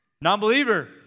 non-believer